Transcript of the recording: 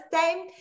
time